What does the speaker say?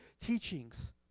teachings